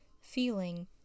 feeling